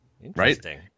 Interesting